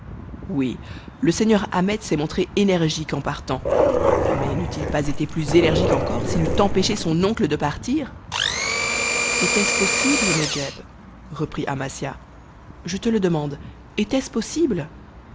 oui le seigneur ahmet s'est montré énergique en partant mais n'eût-il pas été plus énergique encore s'il eût empêché son oncle de partir était-ce possible nedjeb reprit amasia je te le demande était-ce possible